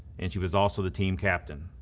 and she was also the team captain.